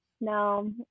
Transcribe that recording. No